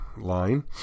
line